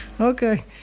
Okay